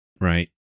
Right